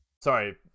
Sorry